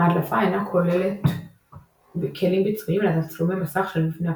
ההדלפה אינה כוללת כלים ביצועיים אלא תצלומי מסך של מבני הקובץ.